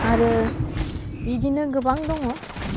आरो बिदिनो गोबां दङ